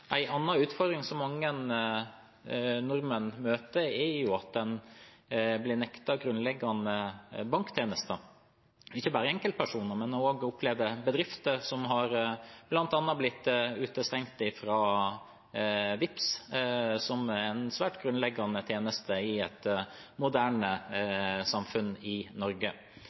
blir nektet grunnleggende banktjenester. Det gjelder ikke bare enkeltpersoner, men en har også opplevd bedrifter som bl.a. har blitt utestengt fra Vipps, som er en svært grunnleggende tjeneste i et moderne samfunn som Norge.